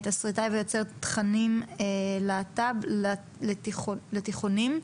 תסריטאי ויוצר תכנים להט"ב לבתי ספר תיכון.